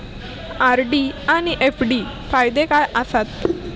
RD आनि FD फायदे काय आसात?